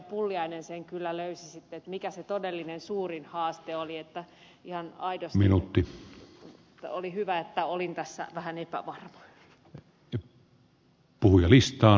pulliainen kyllä löysi sitten sen mikä se todellinen suurin haaste oli niin että ihan aidosti oli hyvä että olin tässä vähän epävarma